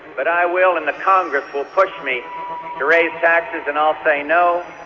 but i will and the congress will push me to raise taxes and i'll say no,